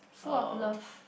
full of love